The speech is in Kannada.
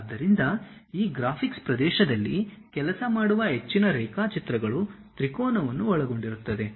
ಆದ್ದರಿಂದ ಈ ಗ್ರಾಫಿಕ್ಸ್ ಪ್ರದೇಶದಲ್ಲಿ ಕೆಲಸ ಮಾಡುವ ಹೆಚ್ಚಿನ ರೇಖಾಚಿತ್ರಗಳು ತ್ರಿಕೋನವನ್ನು ಒಳಗೊಂಡಿರುತ್ತವೆ